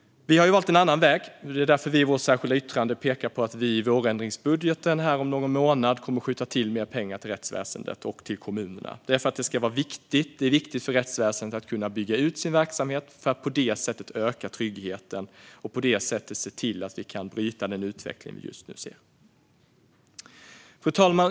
Vi har valt en annan väg, och det är därför som vi i vårt särskilda yttrande pekar på att vi i vårändringsbudgeten om någon månad kommer att skjuta till mer pengar till rättsväsendet och kommunerna. Det är viktigt för rättsväsendet att kunna bygga ut sin verksamhet för att på det sättet öka tryggheten och bryta den utveckling som vi just nu ser. Fru talman!